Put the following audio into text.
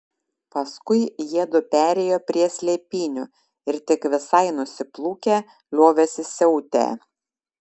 paskui jiedu perėjo prie slėpynių ir tik visai nusiplūkę liovėsi siautę